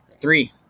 Three